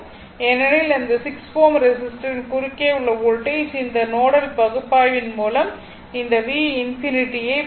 ஏனெனில் அந்த 6 Ω ரெஸிஸ்டரின் குறுக்கே உள்ள வோல்டேஜ் இந்த நோடல் பகுப்பாய்வின் மூலம் இந்த v∞ ஐப் பெற்றது